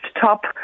top